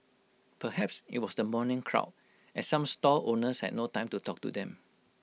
perhaps IT was the morning crowd as some stall owners had no time to talk to them